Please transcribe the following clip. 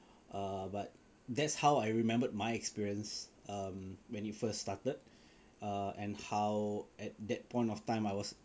err but that's how I remembered my experience um when it first started err and how at that point of time I was